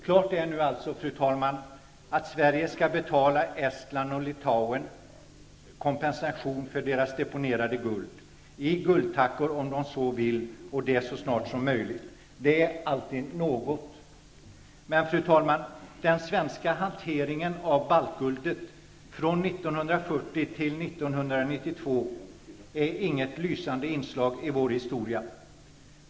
Klart är nu alltså, fru talman, att Sverige skall betala Estland och Litauen kompensation för deras deponerade guld, i guldtackor om de så vill, och det så snart som möjligt. Det är alltid något. Fru talman! Den svenska hanteringen av baltguldet från 1940 till 1992 är inget lysande inslag i vår historia.